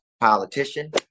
politician